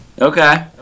Okay